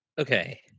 okay